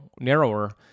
narrower